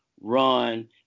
run